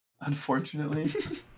Unfortunately